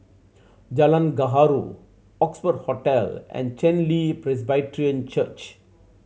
Jalan Gaharu Oxford Hotel and Chen Li Presbyterian Church